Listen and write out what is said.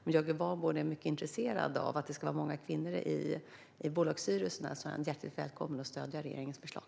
Om Jörgen Warborn är mycket intresserad av att det ska vara många kvinnor i bolagsstyrelserna är han hjärtligt välkommen att stödja regeringens förslag.